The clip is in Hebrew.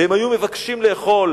והם היו מבקשים לאכול